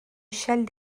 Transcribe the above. échelle